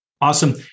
awesome